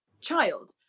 child